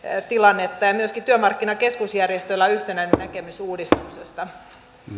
tilannetta ja myöskin työmarkkinakeskusjärjestöillä on yhtenäinen näkemys uudistuksesta